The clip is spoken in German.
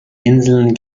inseln